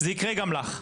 זה יקרה גם לךְ.